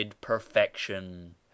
perfection